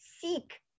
seek